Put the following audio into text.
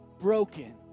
broken